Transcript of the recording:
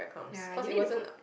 ya you need to put